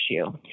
issue